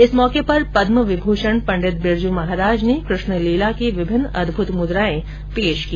इस मौके पर पदम विभूषण पंडित बिरजू महाराज ने कृष्ण लीला की विभिन्न अद्मुत मुद्राए पेश की